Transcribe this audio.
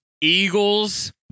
Eagles